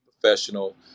professional